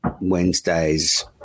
Wednesday's